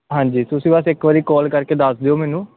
ਹਾਂਜੀ ਤੁਸੀਂ ਬਸ ਇੱਕ ਵਾਰ ਕੌਲ ਕਰ ਕੇ ਦੱਸ ਦਿਓ ਮੈਨੂੰ